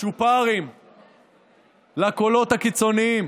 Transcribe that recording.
צ'ופרים לקולות הקיצוניים.